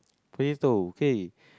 potato okay